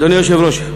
אדוני היושב-ראש,